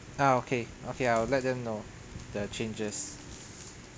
ah okay okay I'll let them know the changes